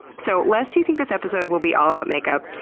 so lest you think this episode will be all about makeup,